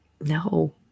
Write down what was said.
No